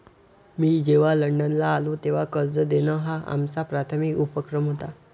मी जेव्हा लंडनला आलो, तेव्हा कर्ज देणं हा आमचा प्राथमिक उपक्रम होता